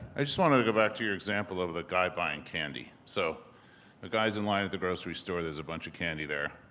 i just wanted to go back to your example of the guy buying candy. so the guy is in line at the grocery store. there's a bunch of candy there.